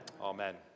Amen